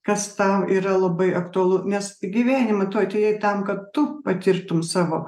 kas tau yra labai aktualu nes į gyvenimą tu atėjai tam kad tu patirtum savo